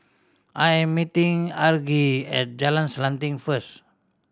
I am meeting Argie at Jalan Selanting first